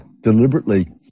deliberately